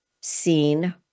seen